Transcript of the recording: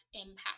impact